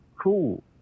cool